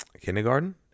kindergarten